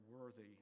worthy